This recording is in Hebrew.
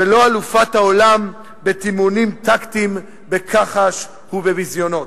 ולא אלופת העולם בתמרונים טקטיים בכחש ובביזיונות.